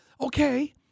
okay